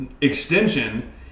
extension